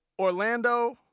Orlando